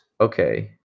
Okay